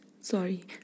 sorry